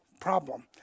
problem